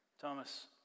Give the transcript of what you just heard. Thomas